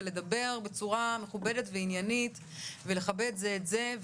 ולדבר בצורה מכובדת ועניינית ולכבד זה את זה.